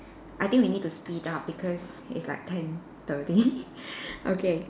I think we need to speed up because it's like ten thirty okay